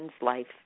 life